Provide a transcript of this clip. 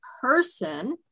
person